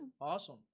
Awesome